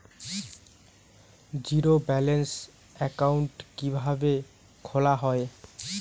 Zero balance account কিভাবে খোলা হয়?